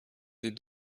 des